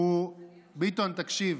ביטון, תקשיב,